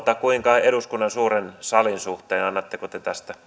kuinka eduskunnan suuren salin suhteen annatteko te tästä